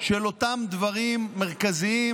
של אותם דברים מרכזיים,